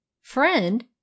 friend